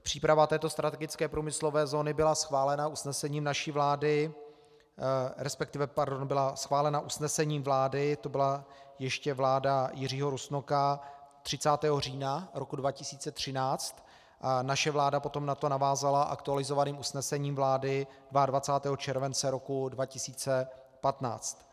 Příprava této strategické průmyslové zóny byla schválena usnesením naší vlády, respektive, pardon, byla schválena usnesením vlády, to byla ještě vláda Jiřího Rusnoka, 30. října roku 2013, a naše vláda potom na to navázala aktualizovaným usnesením vlády 22. července roku 2015.